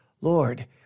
Lord